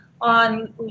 on